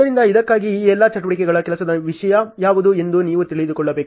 ಆದ್ದರಿಂದ ಇದಕ್ಕಾಗಿ ಈ ಎಲ್ಲಾ ಚಟುವಟಿಕೆಗಳ ಕೆಲಸದ ವಿಷಯ ಯಾವುದು ಎಂದು ನೀವು ತಿಳಿದುಕೊಳ್ಳಬೇಕು